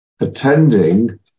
attending